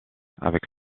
avec